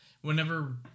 whenever